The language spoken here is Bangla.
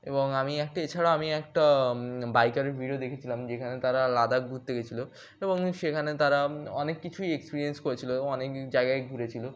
এবং আমি একটা এছাড়াও আমি একটা বাইকারের ভিডিও দেখেছিলাম যেখানে তারা লাদাখ ঘুরতে গিয়েছিলো এবং সেখানে তারা অনেক কিছুই এক্সপিরিয়েন্স করেছিলো অনেক জায়গায় ঘুরেছিলো